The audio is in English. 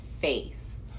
face